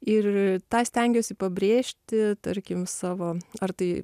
ir tą stengiuosi pabrėžti tarkim savo ar tai